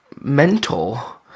mentor